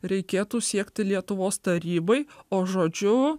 reikėtų siekti lietuvos tarybai o žodžiu